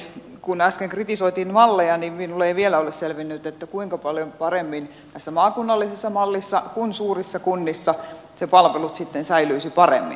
kun äsken kritisoitiin malleja niin minulle ei vielä ole selvinnyt kuinka paljon paremmin näissä maakunnallisissa malleissa kuin suurissa kunnissa ne palvelut sitten säilyisivät paremmin